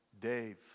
Dave